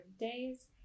days